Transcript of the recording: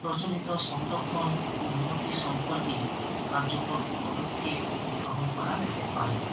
প্রচলিত সংরক্ষণ ও উন্নতির সম্পর্কে কার্যকর পদক্ষেপ গ্রহণ করা যেতে পারে